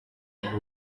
muri